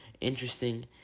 interesting